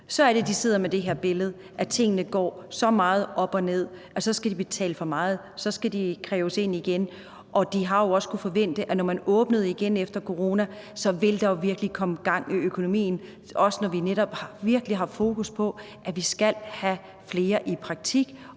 er det, at de sidder med det her billede af, at tingene går så meget op og ned – så skal de betale for meget, og så skal det kræves ind igen. Og de har jo også kunnet forvente, at når man åbnede igen efter corona, ville der virkelig komme gang i økonomien, også når man virkelig har fokus på, at vi skal have flere i praktik